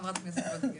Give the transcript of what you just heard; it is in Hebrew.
חברת הכנסת וולדיגר.